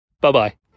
Bye-bye